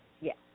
yes